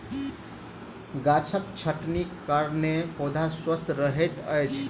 गाछक छटनीक कारणेँ पौधा स्वस्थ रहैत अछि